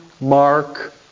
Mark